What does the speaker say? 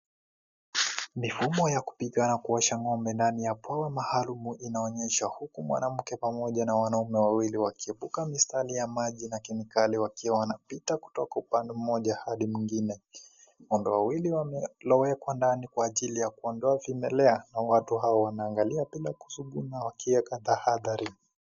Mifumo ya kupiga na kuosha ng'ombe ndani ya poo mahalumu inaonyesha. Huku mwanamke pamoja na wanaume wawili wakiepuka mistari ya maji na kemikali wakiwa wanapita kutoka upande moja hadi mwingine. Kondoo wawili walowekwa kwa ndani kwa ajili ya kuondoa vimelea na watu hawa wanaangalia bila kushuku na kuweka tahadhari.